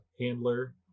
handler